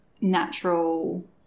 natural